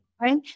right